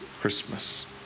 Christmas